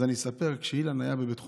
אז אספר: כשאילן היה בבית חולים,